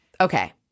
Okay